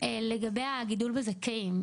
לגבי הגידול בזכאים.